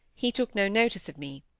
he took no notice of me.